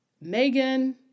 Megan